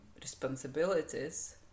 responsibilities